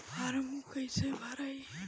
Form कईसे भराई?